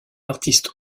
artiste